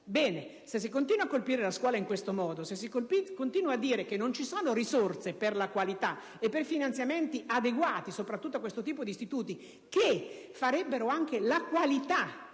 Se si continua a colpire la scuola in questo modo, se si continua a dire che non ci sono risorse per la qualità e per finanziamenti adeguati per questo tipo di istituti, che farebbero anche la qualità